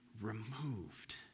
removed